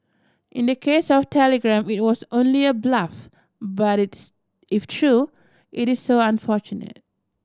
in the case of Telegram it was only a bluff but if true it is so unfortunate